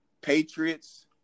Patriots